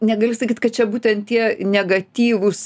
negali sakyt kad čia būtent tie negatyvūs